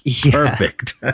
perfect